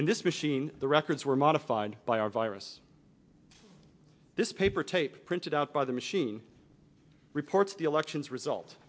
in this machine the records were modified by or virus this paper tape printed out by the machine reports the elections result